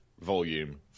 Volume